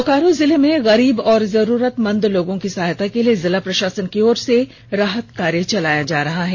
बोकारो जिले में गरीब और जरूरतमंद लोगों की सहायता के लिए जिला प्रषासन की ओर से राहत कार्य चलाया जा रहा है